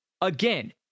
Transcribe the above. again